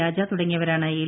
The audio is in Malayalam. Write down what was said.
രാജ തുടങ്ങിയവരാണ് എൽ